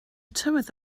tywydd